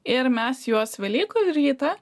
ir mes juos velykų rytą